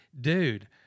Dude